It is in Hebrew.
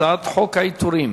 הצעת חוק העיטורים